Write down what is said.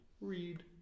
read